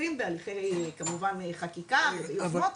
משתתפים בהליכי חקיקה ויוזמות.